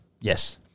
Yes